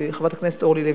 חברת הכנסת אורלי לוי,